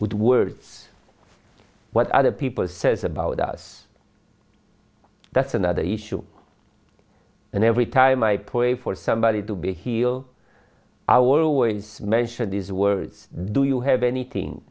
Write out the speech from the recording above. with words what other people says about us that's another issue and every time i pray for somebody to be heal our ways mention these words do you have anything